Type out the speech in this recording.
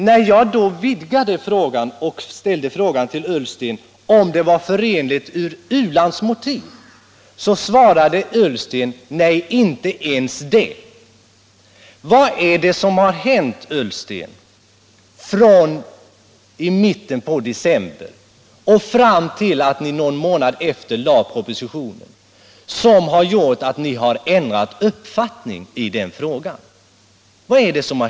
När jag då utvidgade frågan och undrade om ett medlemskap stod i överensstämmelse med vår u-landspolitik svarade herr Ullsten: Nej, inte ens det. Vad är det som har hänt, herr Ullsten, från mitten på december fram till den dag någon månad senare då ni lade propositionen som har gjort att ni har ändrat uppfattning i den frågan?